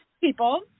people